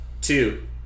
two